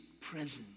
present